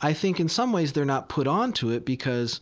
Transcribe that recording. i think in some ways they're not put on to it because